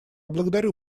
благодарю